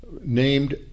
named